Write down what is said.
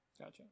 Gotcha